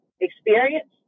experience